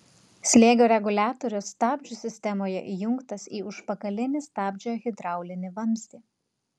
slėgio reguliatorius stabdžių sistemoje įjungtas į užpakalinį stabdžio hidraulinį vamzdį